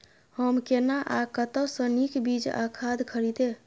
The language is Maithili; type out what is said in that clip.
हम केना आ कतय स नीक बीज आ खाद खरीदे?